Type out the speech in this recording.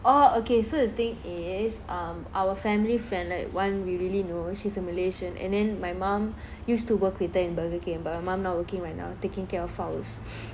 oh okay so the thing is um our family friend like one we really know she's a malaysian and then my mom used to work with her in burger king but my mom not working right now taking care of faust